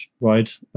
right